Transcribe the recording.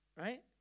right